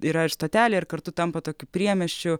yra ir stotelė ir kartu tampa tokiu priemiesčiu